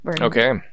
okay